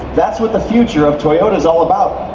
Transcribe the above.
that's what the future of toyota's all about.